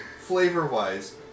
flavor-wise